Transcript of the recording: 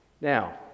Now